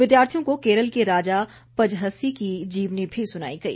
विद्यार्थियों को केरल के राजा पजहस्सी की जीवनी भी सुनाई गई